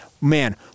man